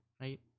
right